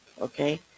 Okay